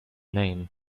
name